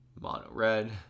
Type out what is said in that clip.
mono-red